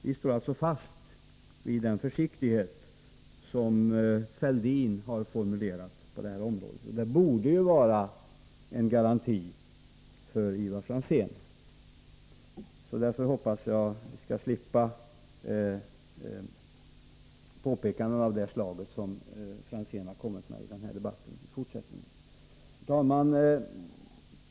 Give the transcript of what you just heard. Vi står alltså fast vid den försiktighet som Fälldin formulerat på det här området, och det borde ju vara en garanti för Ivar Franzén. Därför hoppas jag att vi i fortsättningen skall slippa påpekanden av det slag som Franzén gjort i den här debatten. Herr talman!